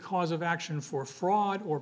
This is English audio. cause of action for fraud or